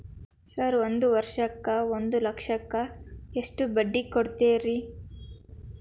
Sir ಒಂದು ವರ್ಷಕ್ಕ ಒಂದು ಲಕ್ಷಕ್ಕ ಎಷ್ಟು ಬಡ್ಡಿ ಕೊಡ್ತೇರಿ?